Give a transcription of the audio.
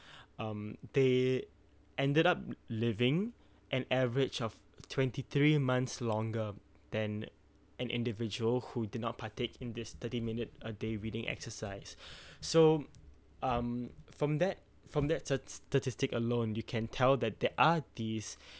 um they ended up living an average of twenty three months longer than an individual who did not partake in this thirty minute a day reading exercise so um from that from that stat~ statistic alone you can tell that there are these